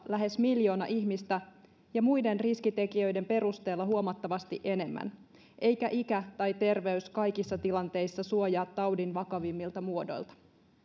lähes miljoona ihmistä ja muiden riskitekijöiden perusteella huomattavasti enemmän eikä ikä tai terveys kaikissa tilanteissa suojaa taudin vakavimmilta muodoilta